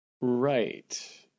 Right